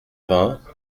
vingts